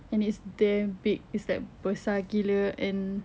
and it's damn big it's like besar gila and